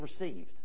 received